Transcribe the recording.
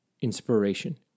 inspiration